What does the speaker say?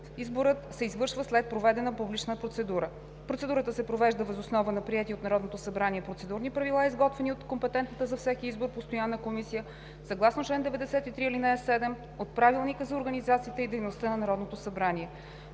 изборът се извършва след проведена публична процедура. Процедурата се провежда въз основа на приети от Народното събрание процедурни правила, изготвени от компетентната за всеки избор постоянна комисия, съгласно чл. 93, ал. 7 от Правилника за организацията и дейността на Народното събрание.